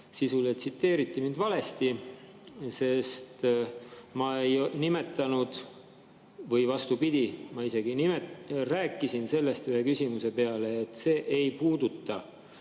sisuliselt tsiteeriti mind valesti, sest ma ei nimetanud seda, vastupidi, ma isegi rääkisin sellest ühe küsimuse peale, et meie